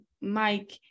Mike